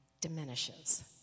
diminishes